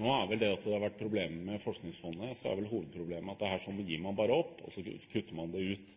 med Forskningsfondet er at her gir man bare opp, man kutter det ut.